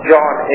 John